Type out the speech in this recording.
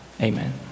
Amen